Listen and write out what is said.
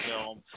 film